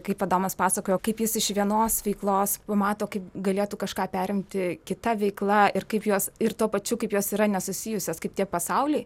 kaip adomas pasakojo kaip jis iš vienos veiklos pamato kaip galėtų kažką perimti kita veikla ir kaip jos ir tuo pačiu kaip jos yra nesusijusios kaip tie pasauliai